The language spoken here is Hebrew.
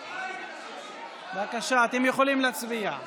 בבקשה, אתם יכולים להצביע.